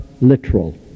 literal